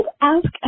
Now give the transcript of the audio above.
ask